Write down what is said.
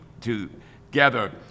together